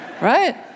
right